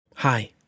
Hi